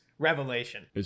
Revelation